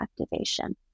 activation